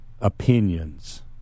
opinions